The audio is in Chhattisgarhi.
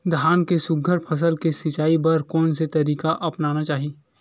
धान के सुघ्घर फसल के सिचाई बर कोन से तरीका अपनाना चाहि?